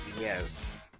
Yes